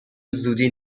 زودی